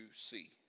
see